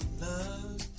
love